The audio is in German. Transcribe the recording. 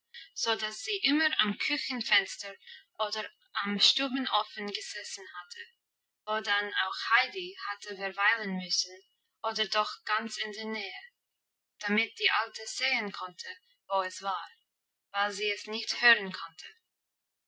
so dass sie immer am küchenfenster oder am stubenofen gesessen hatte wo dann auch heidi hatte verweilen müssen oder doch ganz in der nähe damit die alte sehen konnte wo es war weil sie es nicht hören konnte